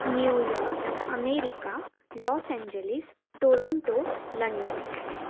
New York America Los Angeles Toronto London